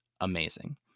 amazing